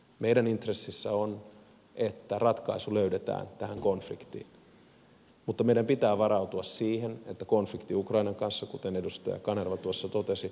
meidän intressissämme on että ratkaisu löydetään tähän konfliktiin mutta meidän pitää varautua siihen että konflikti ukrainan kanssa kuten edustaja kanerva tuossa totesi on pitkäaikainen